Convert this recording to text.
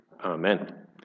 Amen